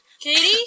Katie